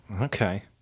Okay